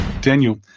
Daniel